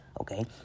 okay